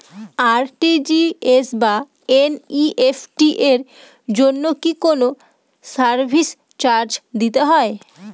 RTGS বা NEFT এর জন্য কি কোনো সার্ভিস চার্জ দিতে হয়?